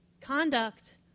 Conduct